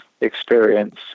experience